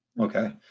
Okay